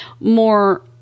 more